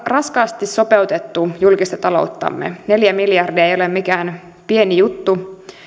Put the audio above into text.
raskaasti sopeutettu julkista talouttamme neljä miljardia ei ole mikään pieni juttu